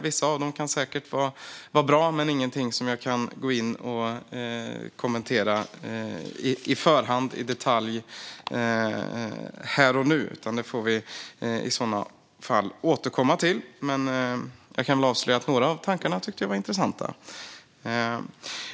Vissa av dem kan säkert vara bra, men det är inte något som jag kan gå in och kommentera på förhand i detalj här och nu, utan det får vi återkomma till. Men jag kan avslöja att jag tyckte att några av tankarna var intressanta.